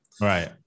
Right